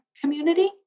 community